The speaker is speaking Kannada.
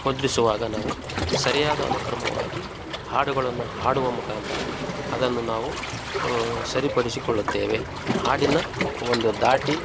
ಮುದ್ರಿಸುವಾಗ ನಾವು ಸರಿಯಾದ ಅನುಕ್ರಮವಾಗಿ ಹಾಡುಗಳನ್ನು ಹಾಡುವ ಮುಖಾಂತರ ಅದನ್ನು ನಾವು ಸರಿಪಡಿಸಿಕೊಳ್ಳುತ್ತೇವೆ ಹಾಡಿನ ಒಂದು ಧಾಟಿ